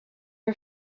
her